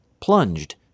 plunged